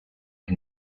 can